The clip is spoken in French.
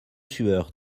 sueur